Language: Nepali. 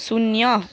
शून्य